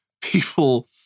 people